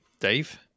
Dave